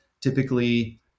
typically